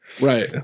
right